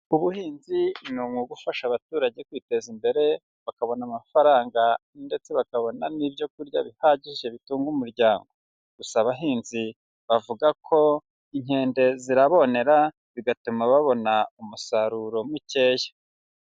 Ubuhinzi ni umwuga ufasha abaturage kwiteza imbere, bakabona amafaranga ndetse bakabona n'ibyo kurya bihagije bitunga umuryango, gusa abahinzi bavuga ko inkende zirabonera bigatuma babona umusaruro mukeya.